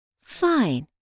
Fine